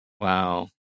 Wow